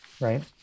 right